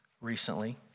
recently